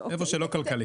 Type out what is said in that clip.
איפה שלא כלכלי.